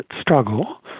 struggle